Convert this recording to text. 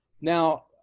Now